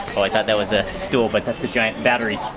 oh, i thought that was a stool, but that's a giant battery.